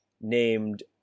named